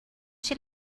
she